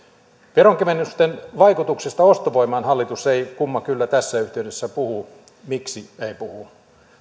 veronkevennysten vaikutuksesta ostovoimaan hallitus ei kumma kyllä tässä yhteydessä puhu miksi ei puhu